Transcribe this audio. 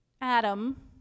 Adam